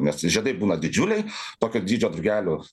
nes žiedai būna didžiuliai tokio dydžio drugelių